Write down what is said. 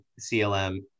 CLM